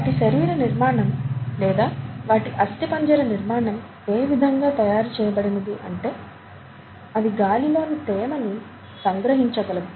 వాటి శరీర నిర్మాణం లేదా వాటి అస్థిపంజర నిర్మాణం ఏ విధంగా తయారు చేయబడినది అంటే అవి గాలిలోని తేమని సంగ్రహించగలవు